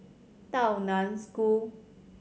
Tao Nan School